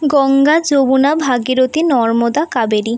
Ganga Yamuna Bhagirathi Narmada Kaveri